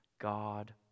god